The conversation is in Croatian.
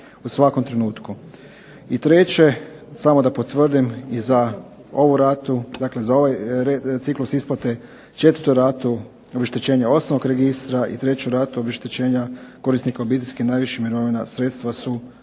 u svakom trenutku. I treće, samo da potvrdim i za ovu ratu, dakle za ovaj ciklus isplate, 4 ratu obeštećenja osnovnog registra i 3 ratu obeštećenja korisnika obiteljskih i najviših mirovina sredstva su